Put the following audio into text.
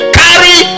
carry